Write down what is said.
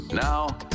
Now